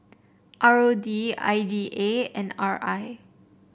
R O D I D A and R I